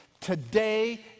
today